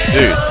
Dude